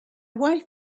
wife